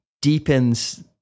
deepens